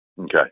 Okay